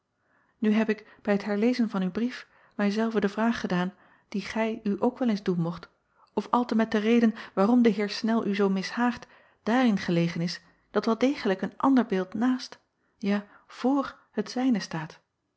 u heb ik bij t herlezen van uw brief mij zelve de vraag gedaan die gij u ook wel eens doen mocht of altemet de reden waarom de r nel u zoo mishaagt daarin gelegen is dat wel degelijk een ander beeld naast ja vr het zijne staat